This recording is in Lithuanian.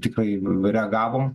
tikrai reagavom